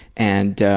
and